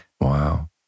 Wow